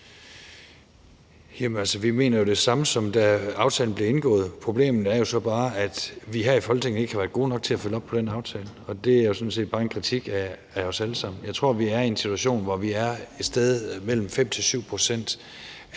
Vi mener jo det samme, som da aftalen blev indgået. Problemet er så bare, at vi her i Folketinget ikke har været gode nok til at følge op på den aftale. Det er jo sådan set bare en kritik af os alle sammen. Jeg tror, vi er i en situation, hvor der er indgået BNBO-aftaler